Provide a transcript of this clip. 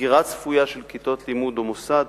סגירה צפויה של כיתות לימוד או מוסד,